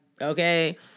Okay